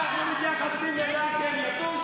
הוא לא אמר --- אנחנו מתייחסים אליו כאל יתוש?